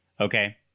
Okay